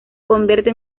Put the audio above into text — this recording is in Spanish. convierte